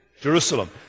Jerusalem